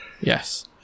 Yes